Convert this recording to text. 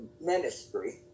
ministry